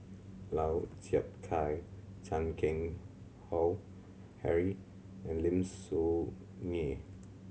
Lau Chiap Khai Chan Keng Howe Harry and Lim Soo Ngee